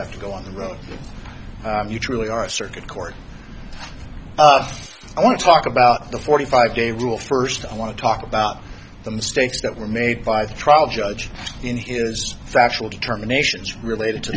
have to go on the road you truly are circuit court i want to talk about the forty five day rule first i want to talk about the mistakes that were made by the trial judge in is factual determinations related to